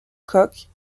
coque